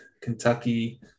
Kentucky